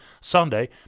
Sunday